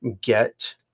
get